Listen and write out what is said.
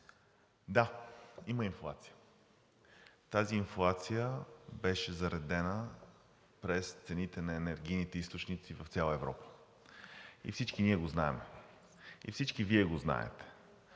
Да, има инфлация. Тази инфлация беше заредена през цените на енергийните източници в цяла Европа и всички ние го знаем, и всички Вие го знаете.